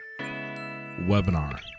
webinar